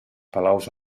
palaus